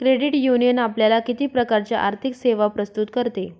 Credit union आपल्याला किती प्रकारच्या आर्थिक सेवा प्रस्तुत करते?